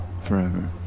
forever